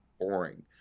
boring